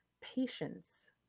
patience